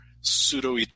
pseudo